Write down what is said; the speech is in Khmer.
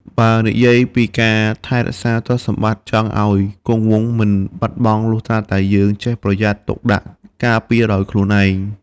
បើនិយាយពីការថែរក្សារទ្រព្យសម្បត្តិចង់អោយគង់វង្ស មិនបាត់បង់លុះត្រាតែយើង ចេះប្រយ័ត្ន ទុកដាក់ការពារដោយខ្លួនឯង។